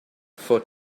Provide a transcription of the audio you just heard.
for